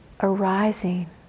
arising